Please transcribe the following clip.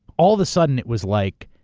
all of a sudden it was like,